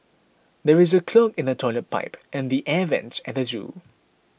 there is a clog in the Toilet Pipe and the Air Vents at the zoo